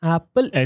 Apple